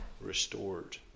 restored